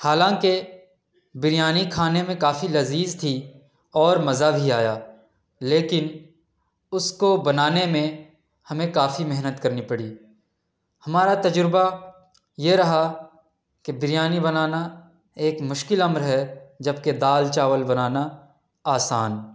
حالاں کہ بریانی کھانے میں کافی لذیذ تھی اور مزہ بھی آیا لیکن اس کو بنانے میں ہمیں کافی محنت کرنی پڑی ہمارا تجربہ یہ رہا کہ بریانی بنانا ایک مشکل امر ہے جب کہ دال چاول بنانا آسان